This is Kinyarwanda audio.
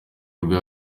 rwe